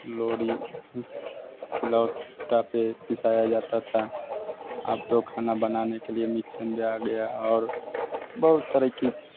लोडी सिल बत्ते पर पिसाया जाता था अब तो खाना बनाने के लिए मिक्सन भी आ गया और बहुत तरक़्क़ी